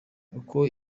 uko